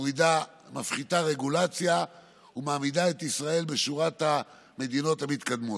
מפחיתה רגולציה ומעמידה את ישראל בשורת המדינות המתקדמות.